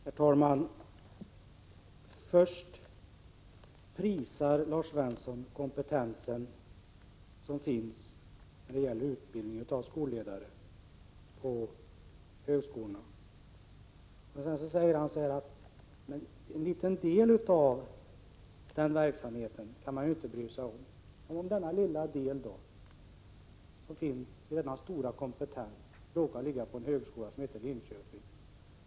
Herr talman! Först prisar Lars Svensson den kompetens som finns på högskolorna när det gäller utbildning av skolledare. Sedan säger han att man inte kan bry sig om en liten del av den verksamheten. Men om denna lilla del av den stora kompetensen råkar finnas vid en högskola som heter Linköpings högskola?